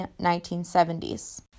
1970s